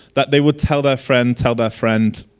that they would tell their friend, tell their friend.